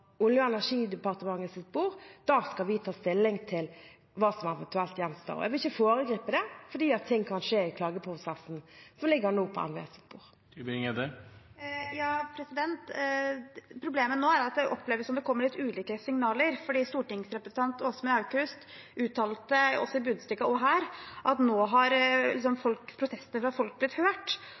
Olje- og energidepartementets bord, da skal vi ta stilling til hva som eventuelt gjenstår. Jeg vil ikke foregripe det, for ting kan skje i klageprosessen, som nå ligger på NVEs bord. Problemet nå er at det oppleves som at det kommer litt ulike signaler, fordi stortingsrepresentant Åsmund Aukrust uttalte – både i Budstikka og her – at nå har protestene fra folk blitt hørt,